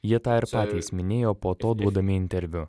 jie tą ir patys minėjo po to duodami interviu